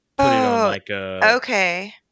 Okay